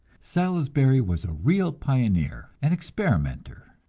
salisbury was a real pioneer, an experimenter.